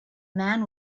man